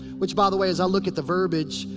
which by the way, as i look at the verbiage.